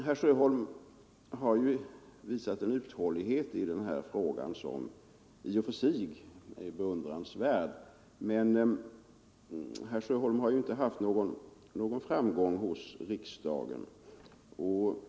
Herr Sjöholm har visat en uthållighet i den här frågan som i och för sig är beundransvärd, men herr Sjöholm har inte haft någon framgång hos riksdagen.